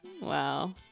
wow